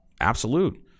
absolute